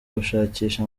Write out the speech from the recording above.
gushakisha